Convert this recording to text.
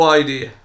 idea